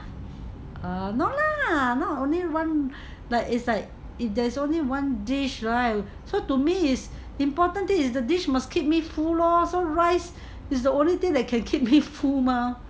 err not lah not only one like it's like if there's only one dish right so to me is the important thing is the dish must keep me full lor so rice is the only thing that can keep me full mah